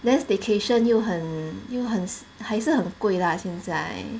then staycation 又很又很还是很贵啦现在